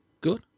Good